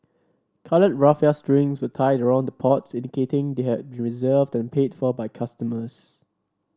coloured raffia strings were tied around the pots indicating they had reserved and paid for by customers